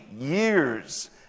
years